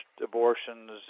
abortions